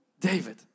David